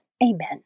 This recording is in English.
Amen